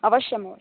अवश्यमेव